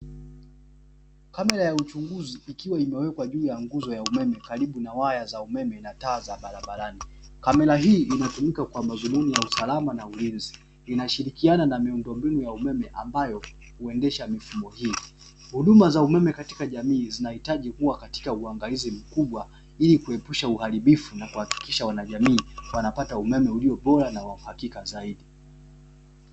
Kamera ya uchunguzi ikiwa imewekwa juu ya nguzo ya umeme karibu na waya za umeme na taa za barabarani, kamera hii inatumika kwa madhumuni ya usalama na ulinz, inashirikiana na miundombinu ya umeme ambayo huendesha mifumo hii. Huduma za umeme katika jamii zinahitaji kuwa katika uangalizi mkubwa ili kuepusha uharibifu, na kuhakikisha wanajamii wanapata umeme uliobora na wauhakika zaidi.